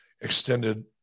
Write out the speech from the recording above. extended